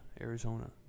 Arizona